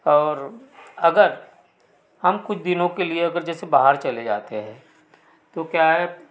और अगर हम कुछ दिनों के लिए अगर जैसे बाहर चले जाते हैं तो क्या है